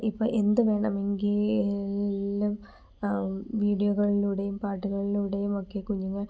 ഇപ്പം എന്ത് വേണമെങ്കിലും വിഡിയോകളിലൂടെയും പാട്ടുകളിലൂടെയും ഒക്കെ കുഞ്ഞുങ്ങൾ